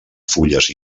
fulles